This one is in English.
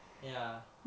ya